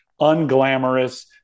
unglamorous